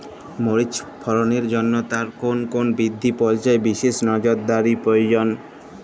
মরিচ ফলনের জন্য তার কোন কোন বৃদ্ধি পর্যায়ে বিশেষ নজরদারি প্রয়োজন?